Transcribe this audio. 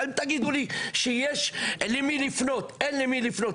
אל תגידו לי שיש למי לפנות אין למי לפנות.